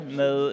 med